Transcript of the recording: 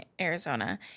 Arizona